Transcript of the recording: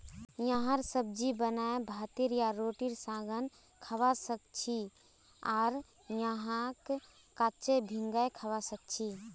यहार सब्जी बनाए भातेर या रोटीर संगअ खाबा सखछी आर यहाक कच्चो भिंगाई खाबा सखछी